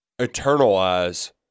eternalize